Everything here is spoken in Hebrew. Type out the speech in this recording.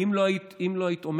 אם לא היית אומרת,